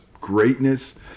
greatness